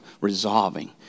resolving